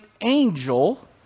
angel